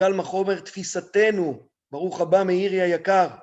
קל וחומר תפיסתנו, ברוך הבא מאירי היקר